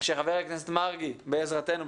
שח"כ מרגי בעזרתנו,